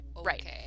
Right